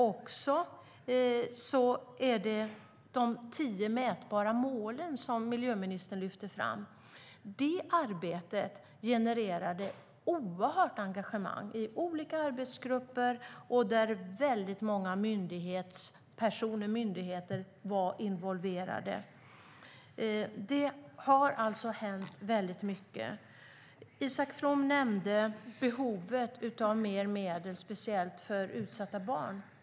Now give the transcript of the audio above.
Arbetet med de tio mätbara mål som miljöministern lyfte fram genererade oerhört engagemang i olika arbetsgrupper där väldigt många personer och myndigheter var involverade. Det har alltså hänt mycket. Isak From nämnde behovet av mer medel, speciellt för utsatta barn.